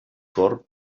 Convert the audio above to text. corb